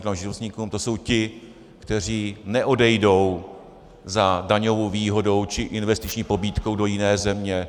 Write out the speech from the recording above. To jsou ti, kteří neodejdou za daňovou výhodou či investiční pobídkou do jiné země.